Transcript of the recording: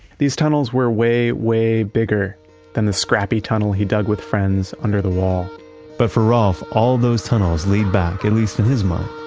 these tunnels were way, way bigger than the scrappy tunnel he dug with friends under the wall but for ralph, all those tunnels lead back at least with his mind,